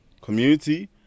community